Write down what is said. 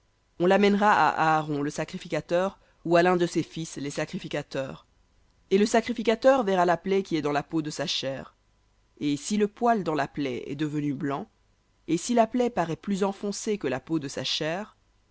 on l'amènera à aaron le sacrificateur ou à l'un de ses fils les sacrificateurs et le sacrificateur verra la plaie qui est dans la peau de sa chair et si le poil dans la plaie est devenu blanc et si la plaie paraît plus enfoncée que la peau de sa chair